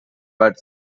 but